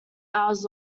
hours